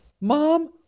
mom